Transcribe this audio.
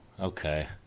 Okay